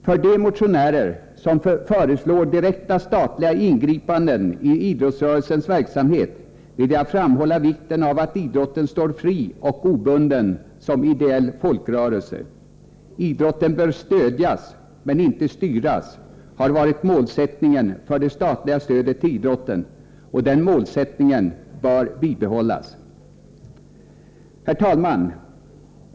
För de motionärer som föreslår direkta statliga ingripanden i idrottsrörelsens verksamhet vill jag framhålla vikten av att idrotten står fri och obunden som ideell folkrörelse. Idrotten bör stödjas men inte styras, har varit målsättningen för det statliga stödet till idrotten, och den målsättningen bör bibehållas. Herr talman!